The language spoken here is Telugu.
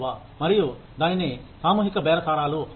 మరియు దానిని సామూహిక బేరసారాలు అంటారు